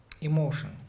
emotion